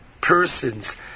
person's